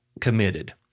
committed